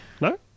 No